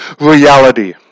reality